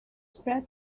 spread